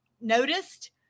noticed